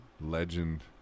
legend